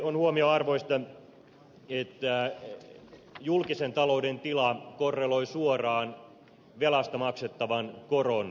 on huomionarvoista että julkisen talouden tila korreloi suoraan velasta maksettavan koron määrään